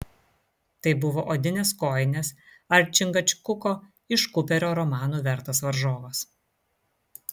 tai buvo odinės kojinės ar čingačguko iš kuperio romanų vertas varžovas